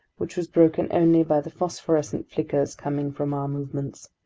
which was broken only by the phosphorescent flickers coming from our movements.